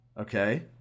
Okay